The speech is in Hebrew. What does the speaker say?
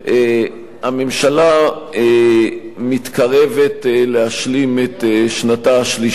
הממשלה מתקרבת להשלמת שנתה השלישית.